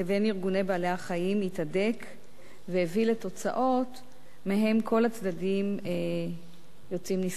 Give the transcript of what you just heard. בעלי-החיים התהדק והביא לתוצאות שמהן כל הצדדים יוצאים נשכרים.